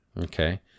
Okay